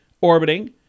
orbiting